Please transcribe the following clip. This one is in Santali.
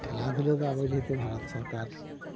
ᱠᱷᱮᱞᱟ ᱫᱷᱩᱞᱟᱹ ᱫᱚ ᱟᱵᱚ ᱡᱮᱦᱮᱛᱩ ᱵᱷᱟᱨᱚᱛ ᱥᱚᱨᱠᱟᱨ